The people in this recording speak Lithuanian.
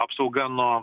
apsauga nuo